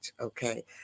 okay